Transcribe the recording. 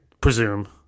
presume